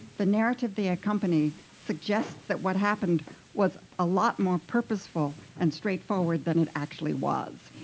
the narrative they accompany suggests that what happened was a lot more purposeful and straightforward than it actually was.